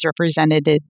represented